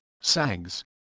sags